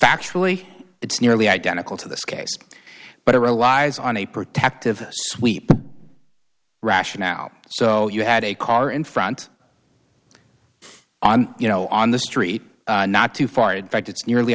factually it's nearly identical to this case but it relies on a protective sweep rationale so you had a car in front on you know on the street not too far the fact it's nearly